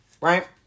right